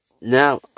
now